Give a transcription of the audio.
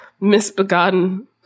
misbegotten